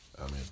Amen